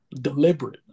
deliberate